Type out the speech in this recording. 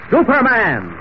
Superman